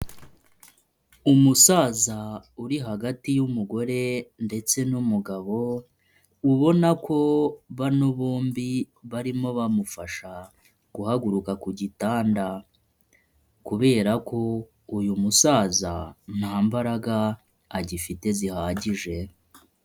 Umusaza uri hagati y'umugore ndetse n'umugabo ubona ko bano bombi barimo bamufasha guhaguruka ku gitanda kubera ko uyu musaza nta mbaraga agifite zihagije.